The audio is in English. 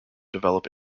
develop